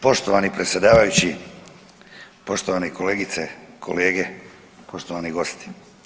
Poštovani predsjedavajući, poštovane kolegice i kolege, poštovani gosti.